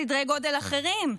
זה סדרי גודל אחרים.